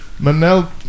manel